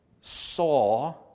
saw